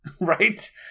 right